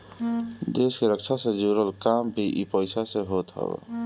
देस के रक्षा से जुड़ल काम भी इ पईसा से होत हअ